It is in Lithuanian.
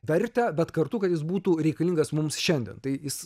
vertę bet kartu kad jis būtų reikalingas mums šiandien tai jis